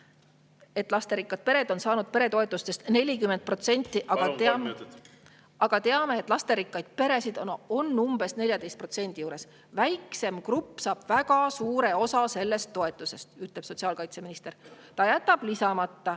on lasterikkad pered saanud peretoetustest 40%, aga teame, et lasterikkaid peresid on umbes 14%. Väiksem grupp saab väga suure osa toetusest, ütleb sotsiaalkaitseminister. Ta jätab lisamata,